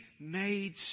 made